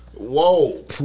Whoa